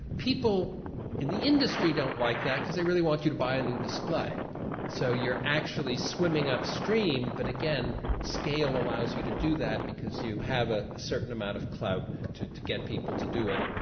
people in the industry don't like that because they really want you to buy a new display so you're actually swimming up stream but again scale allows you to do that because you have a certain amount of clout to to get people to do it,